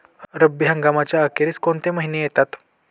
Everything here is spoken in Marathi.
रब्बी हंगामाच्या अखेरीस कोणते महिने येतात?